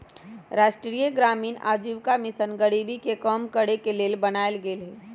राष्ट्रीय ग्रामीण आजीविका मिशन गरीबी के कम करेके के लेल बनाएल गेल हइ